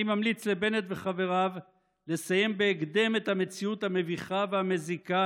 אני ממליץ לבנט וחבריו לסיים בהקדם את המציאות הנוכחית המביכה והמזיקה,